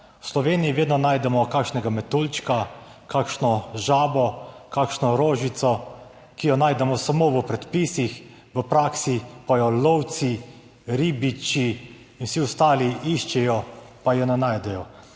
V Sloveniji vedno najdemo kakšnega metuljčka, kakšno žabo, kakšno rožico, ki jo najdemo samo v predpisih, v praksi pa jo lovci, ribiči in vsi ostali iščejo, pa je ne najdejo.